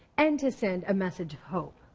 and to send a message of hope.